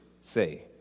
say